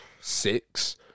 six